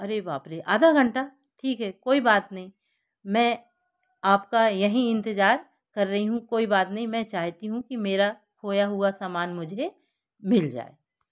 अरे बाप रे आधा घंटा ठीक है कोई बात नहीं मैं आपका यहीं इंतजार कर रही हूँ कोई बात नहीं मैं चाहती हूँ कि मेरा खोया हुआ सामान मुझे मिल जाए